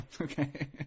Okay